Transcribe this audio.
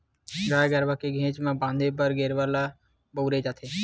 गाय गरुवा के घेंच म फांदे बर गेरवा ल बउरे जाथे